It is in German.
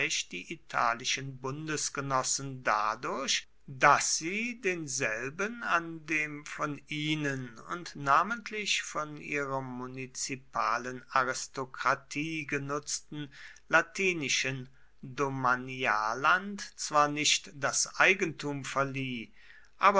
die italischen bundesgenossen dadurch daß sie denselben an dem von ihnen und namentlich von ihrer munizipalen aristokratie genutzten latinischen domanialland zwar nicht das eigentum verlieh